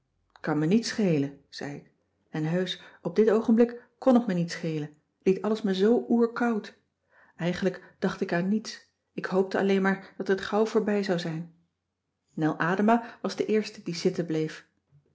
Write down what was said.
t kan me niets schelen zei ik en heusch op dit oogenblik kon het me niet schelen liet alles me zoo oer koud eigenlijk dacht ik aan niets ik hoopte alleen maar dat het gauw voorbij zou zijn nel adema was de eerste die zitten bleef